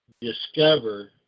discover